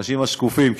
האנשים השקופים,